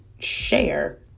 Share